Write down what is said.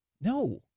No